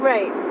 Right